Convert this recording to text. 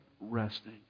resting